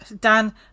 Dan